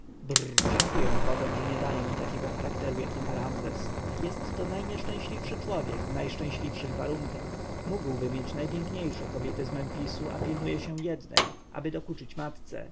dziękuję bogom że nie dali mi takiego charakteru jaki ma ramzes jest to najnieszczęśliwszy człowiek w najszczęśliwszych warunkach mógłby mieć najpiękniejsze kobiety z memfisu a pilnuje się jednej aby dokuczyć matce